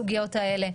משנה,